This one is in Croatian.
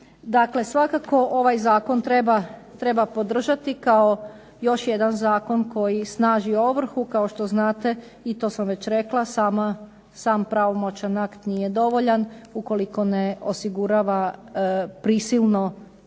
Dakle svakako ovaj zakon treba podržati kao još jedan zakon koji snaži ovrhu. Kao što znate i to sam već rekla, sam pravomoćan akt nije dovoljan, ukoliko ne osigurava prisilno